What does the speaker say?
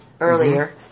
earlier